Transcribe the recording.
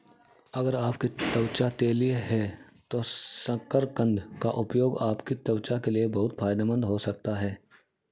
अगर आपकी त्वचा तैलीय है तो शकरकंद का उपयोग आपकी त्वचा के लिए बहुत फायदेमंद हो सकता है